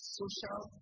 social